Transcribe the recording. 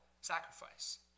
sacrifice